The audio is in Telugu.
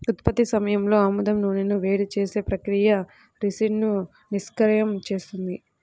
ఉత్పత్తి సమయంలో ఆముదం నూనెను వేడి చేసే ప్రక్రియ రిసిన్ను నిష్క్రియం చేస్తుంది